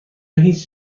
هیچ